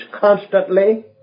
constantly